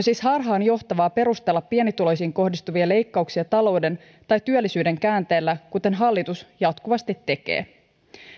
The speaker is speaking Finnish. siis harhaanjohtavaa perustella pienituloisiin kohdistuvia leikkauksia talouden tai työllisyyden käänteellä kuten hallitus jatkuvasti tekee